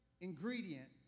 ingredient